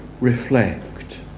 reflect